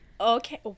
okay